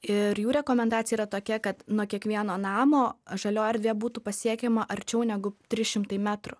ir jų rekomendacija yra tokia kad nuo kiekvieno namo žalioji erdvė būtų pasiekiama arčiau negu trys šimtai metrų